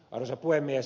arvoisa puhemies